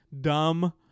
dumb